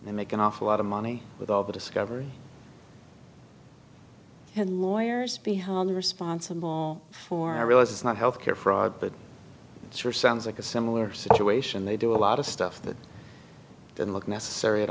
to make an awful lot of money with all the discovery and lawyers behind responsible for a real it's not health care fraud but it sure sounds like a similar situation they do a lot of stuff though didn't look necessary at